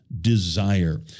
desire